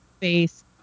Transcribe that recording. face